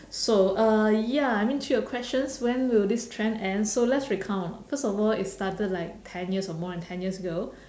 so uh ya I mean to your questions when will this trend end so let's recount first of all it started like ten years or more than ten years ago